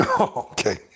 Okay